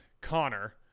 Connor